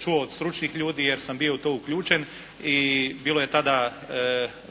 čuo od stručnih ljudi jer sam bio u to uključen i bilo je tada